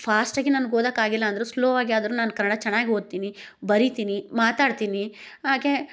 ಫಾಸ್ಟಾಗಿ ನನ್ಗೆ ಓದಕ್ಕೆ ಆಗಿಲ್ಲ ಅಂದರೂ ಸ್ಲೋ ಆಗಿ ಆದರು ನಾನು ಕನ್ನಡ ಚೆನ್ನಾಗಿ ಓದ್ತೀನಿ ಬರಿತೀನಿ ಮಾತಾಡ್ತೀನಿ ಹಾಗೇ